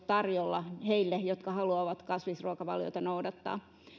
tarjolla heille jotka haluavat kasvisruokavaliota noudattaa